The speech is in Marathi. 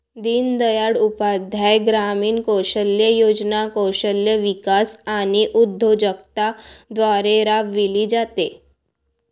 दीनदयाळ उपाध्याय ग्रामीण कौशल्य योजना कौशल्य विकास आणि उद्योजकता द्वारे राबविली जाते